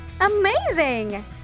amazing